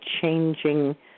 changing